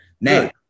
Now